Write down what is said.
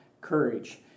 courage